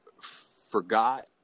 forgot